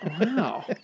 Wow